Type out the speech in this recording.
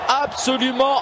absolument